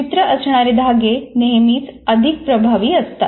चित्र असणारे धागे नेहमीच अधिक प्रभावी असतात